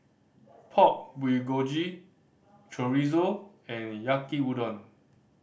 Pork Bulgogi Chorizo and Yaki Udon